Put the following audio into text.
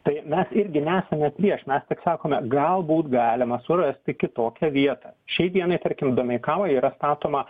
tai mes irgi nesame prieš mes tik sakome galbūt galima surasti kitokią vietą šiai dienai tarkim domeikavoj yra statoma